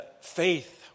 faith